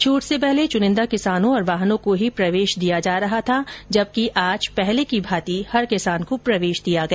छूट से पहले चुनिंदा किसानों और वाहनों को ही प्रवेश दिया जा रहा था जबकि आज पहले की भांति हर किसान को प्रवेश दिया गया